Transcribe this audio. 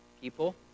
people